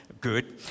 Good